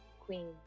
queen